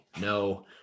No